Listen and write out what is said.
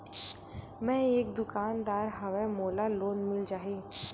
मै एक दुकानदार हवय मोला लोन मिल जाही?